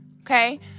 Okay